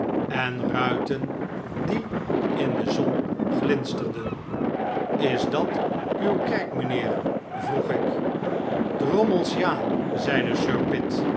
en ruiten die in de zon glinsterden is dat uw kerk mijnheer vroeg ik drommels ja zeide sir